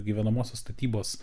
gyvenamosios statybos